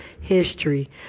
history